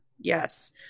yes